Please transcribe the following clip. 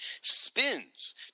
spins